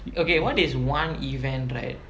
what is one event right